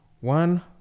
one